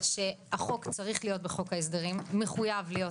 בחוק ההסדרים, מחויב להיות,